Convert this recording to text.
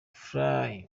fly